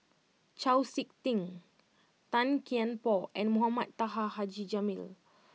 Chau Sik Ting Tan Kian Por and Mohamed Taha Haji Jamil